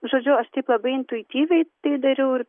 žodžiu aš taip labai intuityviai tai dariau ir